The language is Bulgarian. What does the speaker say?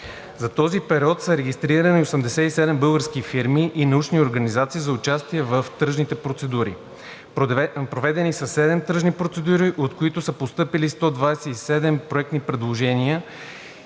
За този период са регистрирани 87 български фирми и научни организации за участие в тръжните процедури. Проведени са 7 тръжни процедури, от които са постъпили 127 проектни предложения